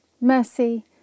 mercy